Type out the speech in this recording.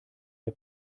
der